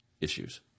issues